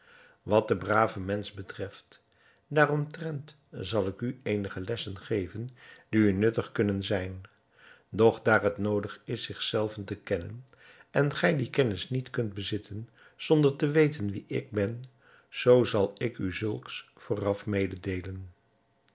wat den braven mensch betreft daaromtrent zal ik u eenige lessen geven die u nuttig kunnen zijn doch daar het noodig is zich zelven te kennen en gij die kennis niet kunt bezitten zonder te weten wie ik ben zoo zal ik u zulks vooraf mededeelen